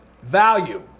Value